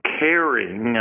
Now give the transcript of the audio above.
caring